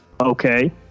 okay